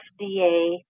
FDA